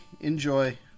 enjoy